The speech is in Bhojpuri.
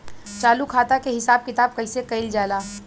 चालू खाता के हिसाब किताब कइसे कइल जाला?